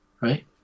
Right